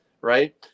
right